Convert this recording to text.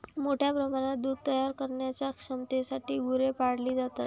मोठ्या प्रमाणात दूध तयार करण्याच्या क्षमतेसाठी गुरे पाळली जातात